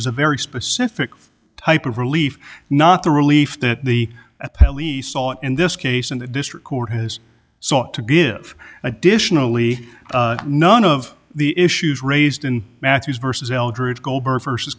is a very specific type of relief not the relief that the a police all in this case in the district court has sought to give additionally none of the issues raised in matthew's versus